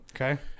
Okay